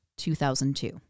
2002